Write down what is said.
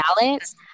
balance